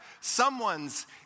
someone's